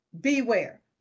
beware